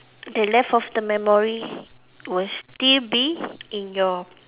the left of the memory will still be in your